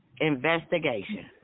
investigation